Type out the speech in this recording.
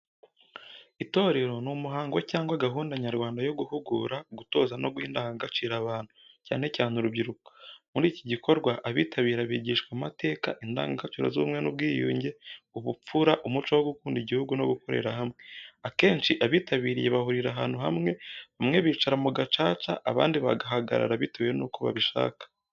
Itorero ni umuhango cyangwa gahunda nyarwanda yo guhugura, gutoza no guha indangagaciro abantu, cyane cyane urubyiruko. Muri iki gikorwa, abitabira bigishwa amateka, indangagaciro z’ubumwe n’ubwiyunge, ubupfura, umuco wo gukunda igihugu no gukorera hamwe. Akenshi abitabiriye bahurira ahantu hamwe , bamwe bicara mugacaca abandi bagahagarara bitewe nuko babishaka.